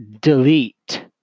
delete